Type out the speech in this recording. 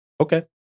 okay